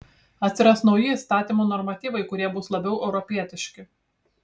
atsiras nauji įstatymų normatyvai kurie bus labiau europietiški